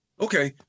Okay